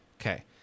Okay